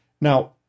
Now